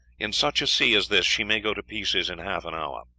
in such a sea as this she may go to pieces in half an hour.